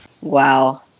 Wow